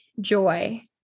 joy